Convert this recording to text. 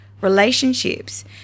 relationships